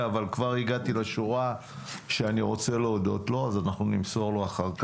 כדי שהוועדה לביקורת המדינה תיקח חלק במאמץ החשוב הזה.